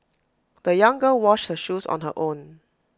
the young girl washed her shoes on her own